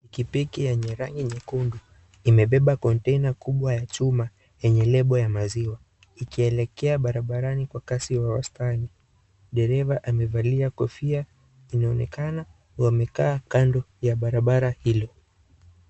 Pikipiki yenye rangi nyekundu imebeba kontena kubwa ya chuma, yenye lebo ya maziwa ikielekea barabarani kwa kasi wa wastani. Dereva amevalia kofia inaonekana wamekaa kando ya barabara hilo.